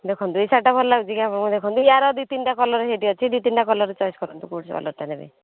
ଦେଖନ୍ତୁ ଏହି ଶାଢ଼ୀଟା ଭଲ ଲାଗୁଛି କି ଆପଣଙ୍କୁ ଦେଖନ୍ତୁ ଏହାର ଦୁଇ ତିନିଟା କଲର୍ ସେଇଠି ଅଛି ଦୁଇ ତିନିଟା କଲର୍ ଚଏସ୍ କରନ୍ତୁ କେଉଁ କଲର୍ଟା ନେବେ